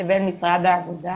לבין משרד העבודה